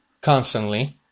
constantly